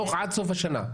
עד סוף השנה?